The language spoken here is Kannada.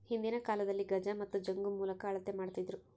ಹಿಂದಿನ ಕಾಲದಲ್ಲಿ ಗಜ ಮತ್ತು ಜಂಗು ಮೂಲಕ ಅಳತೆ ಮಾಡ್ತಿದ್ದರು